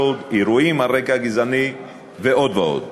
שוד, אירועים על רקע גזעני ועוד ועוד.